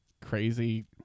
crazy